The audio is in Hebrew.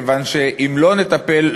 כיוון שאם לא נטפל,